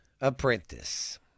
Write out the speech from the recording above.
apprentice